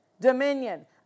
dominion